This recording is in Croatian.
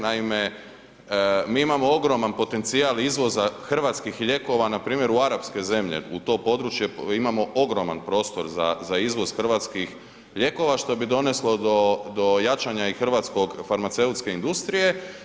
Naime, mi imamo ogroman potencijal izvoza hrvatskih lijekova npr. u Arapske zemlje, u to područje imamo ogroman prostor za izvoz hrvatskih lijekova što bi doneslo do jačanja i hrvatsko farmaceutske industrije.